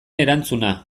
erantzuna